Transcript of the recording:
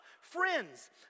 friends